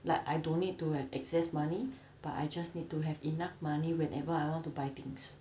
like I don't need to have excess money but I just need to have enough money whenever I want to buy things